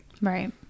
Right